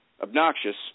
obnoxious